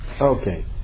Okay